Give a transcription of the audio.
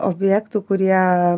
objektų kurie